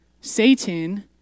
Satan